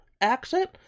accent